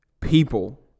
people